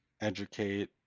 educate